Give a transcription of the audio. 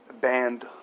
banned